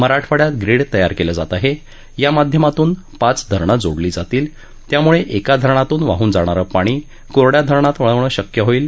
मराठवाड्यात ग्रीड तयार कल्वे जात आहा आ माध्यमातून पाच धरणं जोडली जातील त्यामुळ का धरणातून वाहून जाणारं पाणी कोरङ्या धरणात वळवणं शक्य होईल